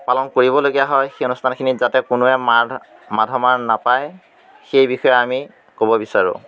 পালন কৰিবলগীয়া হয় সেই অনুষ্ঠানখিনি যাতে কোনোৱে মাধ মাধমাৰ নাপায় সেই বিষয়ে আমি ক'ব বিচাৰোঁ